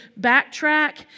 backtrack